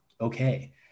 okay